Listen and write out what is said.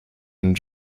and